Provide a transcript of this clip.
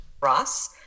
Ross